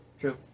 True